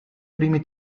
primi